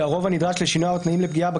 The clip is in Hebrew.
שהרוב הנדרש לשינויה או תנאים לפגיעה בה,